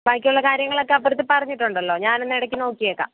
ബാക്കിയുള്ള കാര്യങ്ങളൊക്കെ അപ്പുറത്ത് പറഞ്ഞിട്ടുണ്ടല്ലോ ഞാൻ എന്നാൽ ഇടയ്ക്ക് നോക്കിയേക്കാം